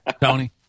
Tony